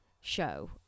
show